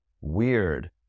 Weird